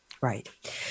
Right